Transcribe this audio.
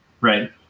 Right